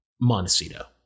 Montecito